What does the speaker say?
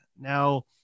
now